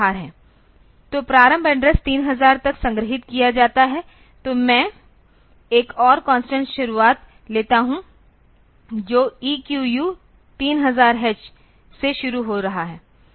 तो प्रारंभ एड्रेस 3000 तक संग्रहीत किया जाता है तो मैं एक और कांस्टेंट शुरुआत लेता हूं जो EQU 3000h से शुरू हो रहा है